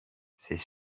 c’est